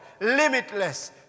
limitless